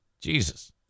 Jesus